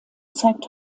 zeigt